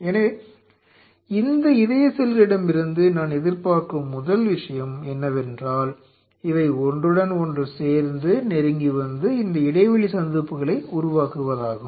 எனவே இந்த இதய செல்களிடமிருந்து நான் எதிர்பார்க்கும் முதல் விஷயம் என்னவென்றால் இவை ஒன்றுடன் ஒன்று சேர்ந்து நெருங்கி வந்து இந்த இடைவெளி சந்திப்புகளை உருவாக்குவதாகும்